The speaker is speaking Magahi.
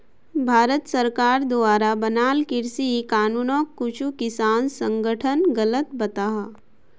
भारत सरकार द्वारा बनाल कृषि कानूनोक कुछु किसान संघठन गलत बताहा